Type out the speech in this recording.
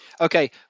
okay